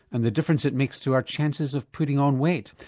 and the difference it makes to our chances of putting on weight.